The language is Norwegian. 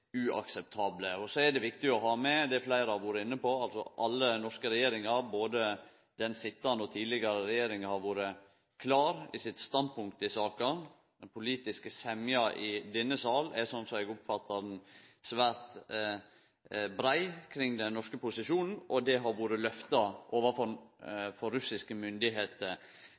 uakseptable. Det er viktig å ha med det fleire har vore inne på: Alle norske regjeringar – både den sitjande og tidlegare regjeringar – har vore klare i sitt standpunkt i saka. Den politiske semja i denne sal er, som eg oppfattar ho, svært brei kring den norske posisjonen. Det har blitt løfta overfor russiske myndigheiter